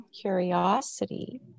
curiosity